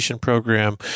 program